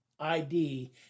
ID